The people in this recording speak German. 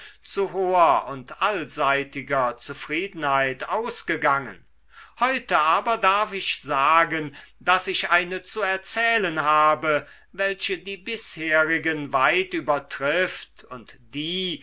zu hoher und allseitiger zufriedenheit ausgegangen heute aber darf ich sagen daß ich eine zu erzählen habe welche die bisherigen weit übertrifft und die